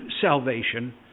salvation